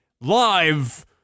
live